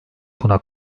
buna